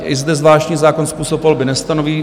I zde zvláštní zákon způsob volby nestanoví.